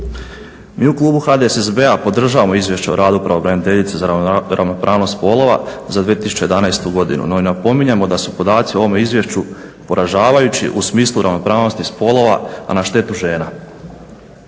Mi u klubu HDSSB-a podržavamo Izvješće o radu pravobraniteljice za ravnopravnost spolova za 2011. godinu. No, napominjemo da su podaci u ovome Izvješću poražavajući u smislu ravnopravnosti spolova a na štetu žena.